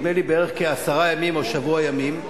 נדמה לי בכעשרה ימים או שבוע ימים.